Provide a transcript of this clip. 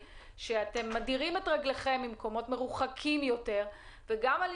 לכך שאתם מדירים את רגליכם ממקומות רחוקים יותר ובשים לב